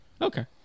Okay